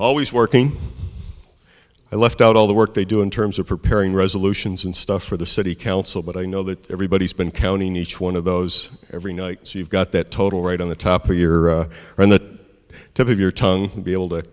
always working i left out all the work they do in terms of preparing resolutions and stuff for the city council but i know that everybody's been counting each one of those every night so you've got that total right on the top of your and that tip of your tongue to be able to